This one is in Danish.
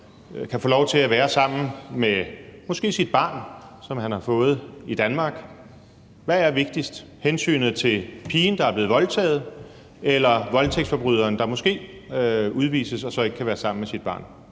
kan få lov til at være sammen med måske sit barn, som han har fået i Danmark? Hvad er vigtigst: hensynet til pigen, der er blevet voldtaget, eller hensynet til voldtægtsforbryderen, der måske udvises og så ikke kan være sammen med sit barn?